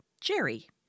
Jerry